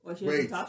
Wait